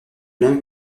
même